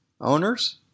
owners